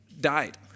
died